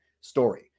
story